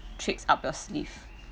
tricks up your sleeve